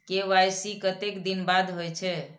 KYC कतेक दिन बाद होई छै?